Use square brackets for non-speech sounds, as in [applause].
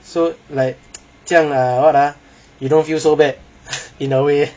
so like [noise] 这样来 [what] ah you don't feel so bad [laughs] in a way